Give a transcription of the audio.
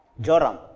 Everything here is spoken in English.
Joram